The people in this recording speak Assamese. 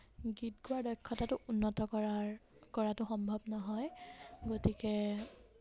গীত গোৱাৰ দক্ষতাটো উন্নত কৰাৰ কৰাটো সম্ভৱ নহয় গতিকে